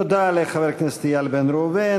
תודה לחבר הכנסת איל בן ראובן.